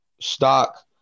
stock